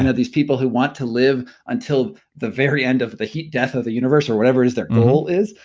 and these people who want to live until the very end of the heat death of the universe or whatever it is their goal is,